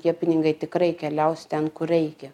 tie pinigai tikrai keliaus ten kur reikia